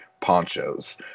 ponchos